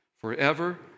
forever